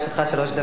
לרשותך שלוש דקות.